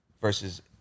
versus